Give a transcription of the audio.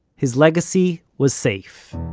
his legacy was safe